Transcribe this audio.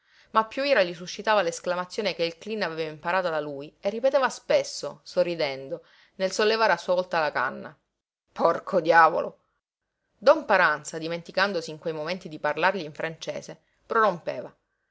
ma piú ira gli suscitava l'esclamazione che il cleen aveva imparata da lui e ripeteva spesso sorridendo nel sollevare a sua volta la canna porco diavolo don paranza dimenticandosi in quei momenti di parlargli in francese prorompeva